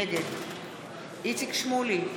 נגד איציק שמולי,